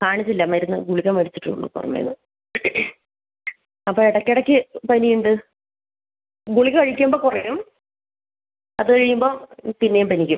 കാണിച്ചില്ല മരുന്ന് ഗുളിക മേടിച്ചിട്ടേ ഉള്ളൂ പുറമേ നിന്ന് അപ്പം ഇടയ്ക്കിടയ്ക്ക് പനിയുണ്ട് ഗുളിക കഴിക്കുമ്പം കുറയും അത് കഴിയുമ്പം പിന്നേയും പനിക്കും